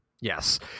Yes